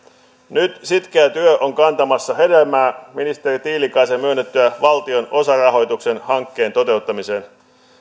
nyt sitkeä työ on kantamassa hedelmää ministeri tiilikaisen myönnettyä valtion osarahoituksen hankkeen toteuttamiseen